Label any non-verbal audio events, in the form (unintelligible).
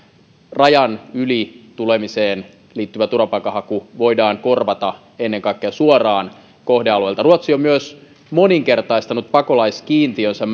rajan yli tulemiseen liittyvä turvapaikanhaku voidaan korvata ennen kaikkea suoraan kohdealueelta ruotsi on myös moninkertaistanut pakolaiskiintiönsä (unintelligible)